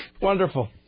Wonderful